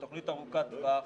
בתוכנית ארוכת טווח,